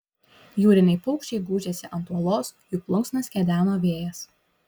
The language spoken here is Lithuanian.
jūriniai paukščiai gūžėsi ant uolos jų plunksnas kedeno vėjas